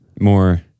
more